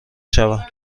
شوم